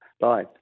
Bye